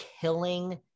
killing